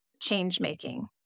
change-making